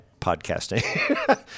podcasting